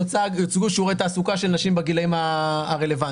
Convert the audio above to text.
יוצגו שיעורי תעסוקה של נשים בגילים הרלוונטיים.